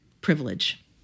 privilege